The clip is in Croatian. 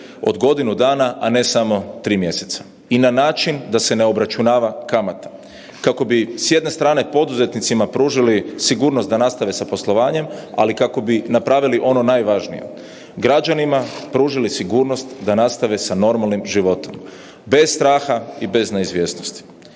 od godinu dana, a ne samo tri mjeseca i na način da se obračunava kamata kako bi s jedne strane poduzetnicima pružili sigurnost da nastave sa poslovanjem, ali kako bi napravili ono najvažnije, građanima pružili sigurnost da nastave sa normalnim životom bez straha i bez neizvjesnosti.